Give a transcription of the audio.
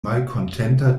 malkontenta